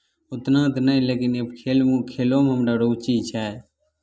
उतना तऽ नहि लेकिन खेलमे खेलोमे हमरा रुचि छै